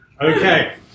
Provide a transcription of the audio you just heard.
Okay